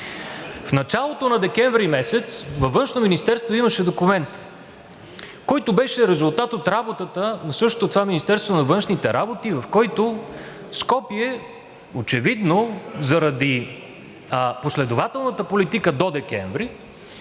В началото на декември месец във Външно министерство имаше документ, който беше резултат от работата на същото това Министерство на външните работи, в който Скопие очевидно заради последователната политика до декември